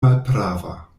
malprava